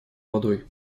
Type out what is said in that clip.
водой